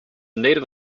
native